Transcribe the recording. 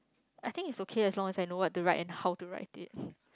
I think it's okay as long as I know what to write and how to write it